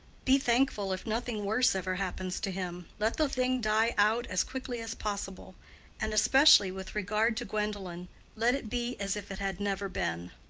be thankful if nothing worse ever happens to him. let the thing die out as quickly as possible and especially with regard to gwendolen let it be as if it had never been.